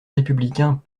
républicains